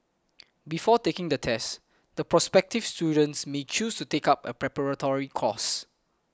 before taking the test the prospective students may choose to take up a preparatory course